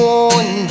one